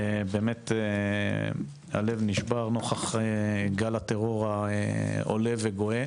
באמת הלב נשבר, נוכח גל הטרור העולה וגואה